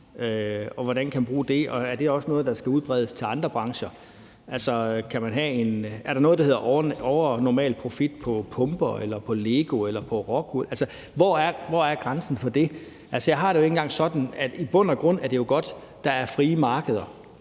og hvordan man kan bruge det, og om det også er noget, der skal udbredes til andre brancher. Er der noget, der hedder overnormal profit på pumper, på legoklodser eller på rockwool? Altså, hvor er grænsen for det? Jeg har det nu engang sådan, at det i bund og grund er godt, at der er frie markeder,